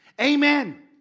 Amen